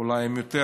אולי הם יותר